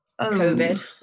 COVID